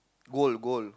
gold gold